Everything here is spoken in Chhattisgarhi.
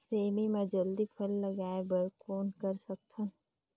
सेमी म जल्दी फल लगाय बर कौन कर सकत हन?